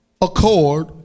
accord